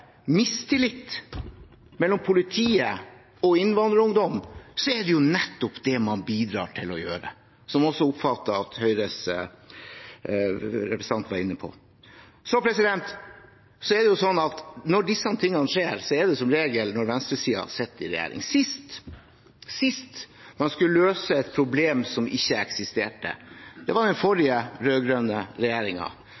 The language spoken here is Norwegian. mistillit mellom politiet og innvandrerungdom, så er det jo nettopp det man bidrar til å gjøre, som jeg også oppfattet at Høyres representant var inne på. Så er det jo sånn at når disse tingene skjer, er det som regel når venstresiden sitter i regjering. Sist man skulle løse et problem som ikke eksisterte, var under den